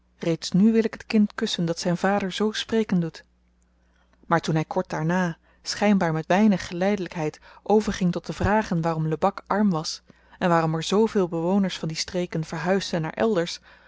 reeds nu wil ik t kind kussen dat zyn vader zoo spreken doet maar toen hy kort daarna schynbaar met weinig geleidelykheid overging tot de vragen waarom lebak arm was en waarom er zooveel bewoners van die streken verhuisden naar elders